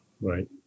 Right